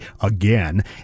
again